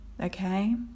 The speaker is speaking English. Okay